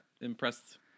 impressed